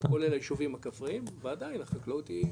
כולל היישובים הכפריים ועדיין החקלאות היא,